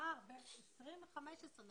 הפער בין 20 ל-15.